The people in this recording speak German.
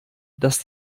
dass